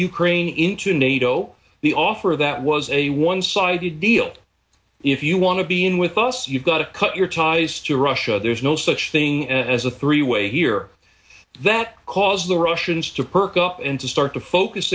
ukraine into nato the offer of that was a one sided deal if you want to be in with us you've got to cut your ties to russia there's no such thing as a three way here that caused the russians to perk up and to start to focus